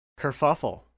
kerfuffle